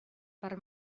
per